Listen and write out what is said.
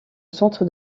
centre